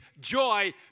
joy